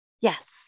Yes